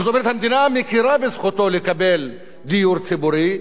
זאת אומרת, המדינה מכירה בזכותו לקבל דיור ציבורי,